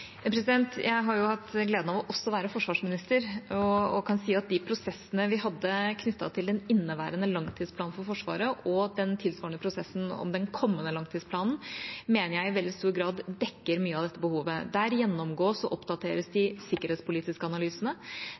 Jeg har jo hatt gleden av også å være forsvarsminister og kan si at de prosessene vi hadde knyttet til den inneværende langtidsplanen for Forsvaret og den tilsvarende prosessen om den kommende langtidsplanen, mener jeg i veldig stor grad dekker mye av dette behovet. Der gjennomgås og oppdateres de sikkerhetspolitiske analysene,